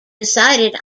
decided